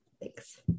Thanks